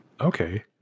okay